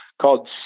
called